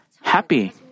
happy